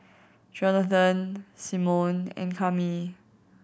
Johnathon Simone and Cami